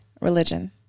Religion